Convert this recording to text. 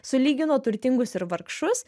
sulygino turtingus ir vargšus